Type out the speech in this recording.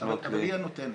אבל היא הנותנת.